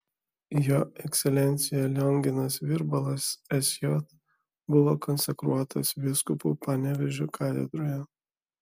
jo ekscelencija lionginas virbalas sj buvo konsekruotas vyskupu panevėžio katedroje